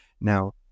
Now